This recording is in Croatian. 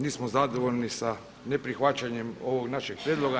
Nismo zadovoljni sa neprihvaćanjem ovog našeg prijedloga.